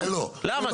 למה?